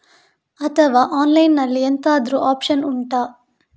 ಅಥವಾ ಆನ್ಲೈನ್ ಅಲ್ಲಿ ಎಂತಾದ್ರೂ ಒಪ್ಶನ್ ಉಂಟಾ